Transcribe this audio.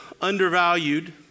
undervalued